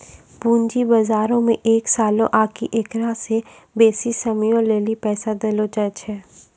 पूंजी बजारो मे एक सालो आकि एकरा से बेसी समयो लेली पैसा देलो जाय छै